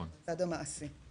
לפי בדיקה שערכנו,